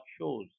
shows